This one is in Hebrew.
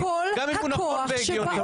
גם אם הוא נכון והגיוני.